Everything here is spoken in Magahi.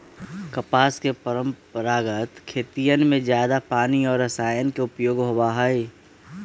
कपास के परंपरागत खेतियन में जादा पानी और रसायन के उपयोग होबा हई